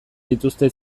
dituzte